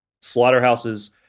slaughterhouses